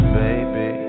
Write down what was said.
baby